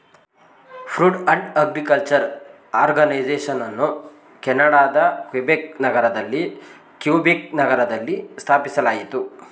food and agriculture ಆರ್ಗನೈಸೇಷನನ್ನು ಕೆನಡಾದ Quebec ನಲ್ಲಿರುವ ಕ್ಯುಬೆಕ್ ನಗರದಲ್ಲಿ ಸ್ಥಾಪಿಸಲಾಯಿತು